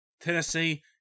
Tennessee